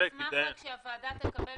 מתוך כמה